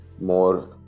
more